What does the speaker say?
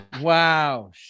wow